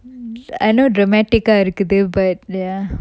I know dramatic ah இருக்குது:irukkuthu but ya